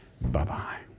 Bye-bye